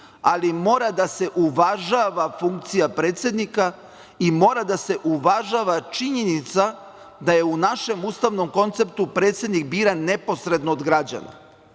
ali mora da se uvažava funkcija predsednika i mora da se uvažava činjenica da je u našem ustavnom konceptu predsednik biran neposredno od građana.